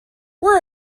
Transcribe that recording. where